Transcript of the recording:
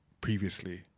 previously